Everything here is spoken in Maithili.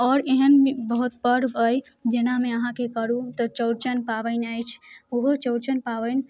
आओर एहन बहुत पर्व अइ जेनामे अहाँके कहू तऽ चौरचन पाबनि अछि ओहो चौरचन पाबनि